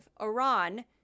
Iran